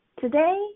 today